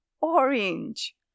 Orange